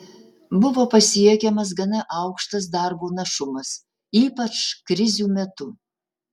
buvo pasiekiamas gana aukštas darbo našumas ypač krizių metu